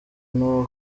n’uwo